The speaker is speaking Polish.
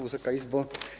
Wysoka Izbo!